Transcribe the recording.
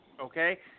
okay